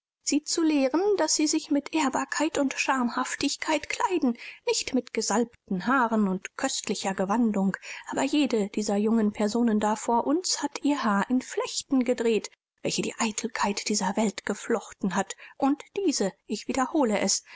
sie zu lehren daß sie sich mit ehrbarkeit und schamhaftigkeit kleiden nicht mit gesalbten haaren und köstlicher gewandung aber jede dieser jungen personen da vor uns hat ihr haar in flechten gedreht welche die eitelkeit dieser welt geflochten hat und diese ich wiederhole es